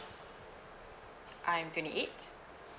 I'm twenty eight